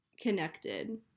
connected